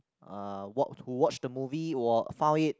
uh wat~ who watched the movie will found it